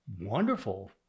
wonderful